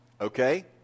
Okay